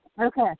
Okay